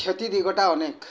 କ୍ଷତି ଦିଗଟା ଅନେକ